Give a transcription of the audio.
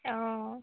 অঁ